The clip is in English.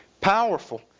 powerful